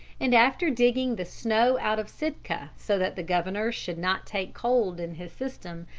and after digging the snow out of sitka, so that the governor should not take cold in his system,